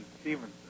Stevenson